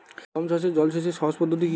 গম চাষে জল সেচের সহজ পদ্ধতি কি?